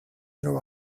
their